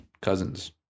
Cousins